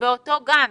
באותו גן.